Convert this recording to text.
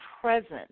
present